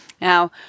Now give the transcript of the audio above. Now